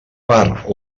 per